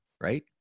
Right